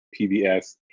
PBS